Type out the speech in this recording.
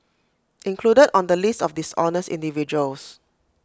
included on the list of dishonest individuals